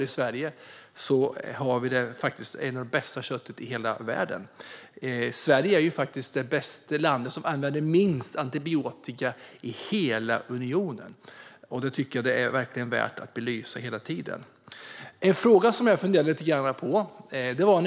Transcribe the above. I Sverige har vi bland det bästa köttet i hela världen, och Sverige är det land som använder minst antibiotika i hela unionen. Detta tycker jag verkligen är värt att belysa hela tiden. Jag vill ta upp en fråga som jag funderar lite på.